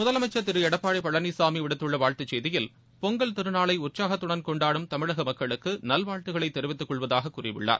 முதலமைச்சர் திரு எடப்பாடி பழனிசாமி விடுத்துள்ள வாழ்த்துச் செய்தியில் பொங்கல் திருநாளை உற்சாகத்துடன் கொண்டாடும் தமிழக மக்களுக்கு நல்வாழ்த்துக்களைத் தெரிவித்துக் கொள்வதாகக் கூறியுள்ளார்